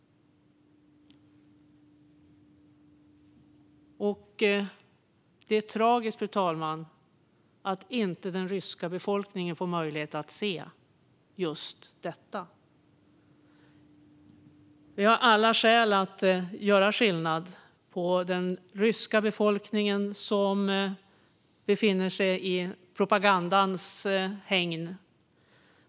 Och det är tragiskt, fru talman, att den ryska befolkningen inte får möjlighet att se just detta. Vi har alla skäl att göra skillnad på den ryska befolkningen som befinner sig i propagandans hägn.